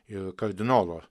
ir kardinolo